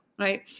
Right